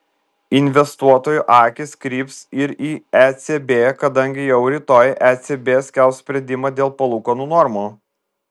investuotojų akys kryps ir į ecb kadangi jau rytoj ecb skelbs sprendimą dėl palūkanų normų